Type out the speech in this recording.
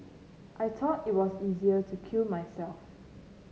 I thought it was easier to kill myself